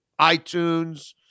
iTunes